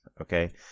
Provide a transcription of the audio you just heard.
okay